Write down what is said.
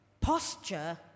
posture